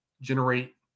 generate